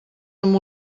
amb